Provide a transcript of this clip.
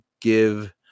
give